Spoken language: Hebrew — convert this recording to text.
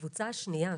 הקבוצה השנייה,